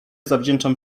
zawdzięczam